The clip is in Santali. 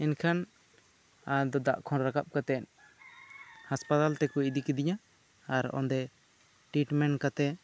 ᱮᱱᱠᱷᱟᱱ ᱟᱫᱚ ᱫᱟᱜ ᱠᱷᱚᱱ ᱨᱟᱠᱟᱵ ᱠᱟᱛᱮᱜ ᱦᱟᱥᱯᱟᱛᱟᱞ ᱛᱮᱠᱚ ᱤᱫᱤ ᱠᱤᱫᱤᱧᱟ ᱟᱨ ᱚᱸᱰᱮ ᱴᱤᱴᱢᱮᱱᱴ ᱠᱟᱛᱮᱜ